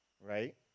Right